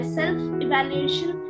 self-evaluation